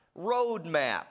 roadmap